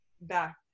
back